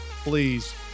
please